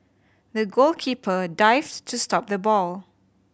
the goalkeeper dived to stop the ball